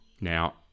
Now